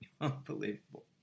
Unbelievable